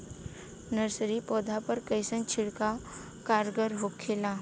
Nursery पौधा पर कइसन छिड़काव कारगर होखेला?